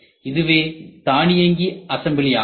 இதுவே தானியங்கி அசம்பிளி ஆகும்